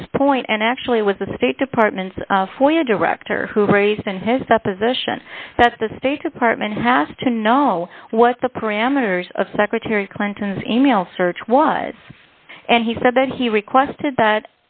this point and actually it was the state department's foyer director who raised in his deposition that the state department has to know what the parameters of secretary clinton's e mail search was and he said that he requested that